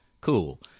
cool